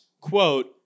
Quote